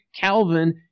Calvin